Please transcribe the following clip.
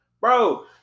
bro